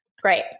great